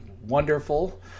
wonderful